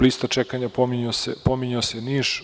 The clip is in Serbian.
Lista čekanja, pominjao se Niš.